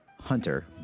Hunter